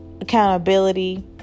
accountability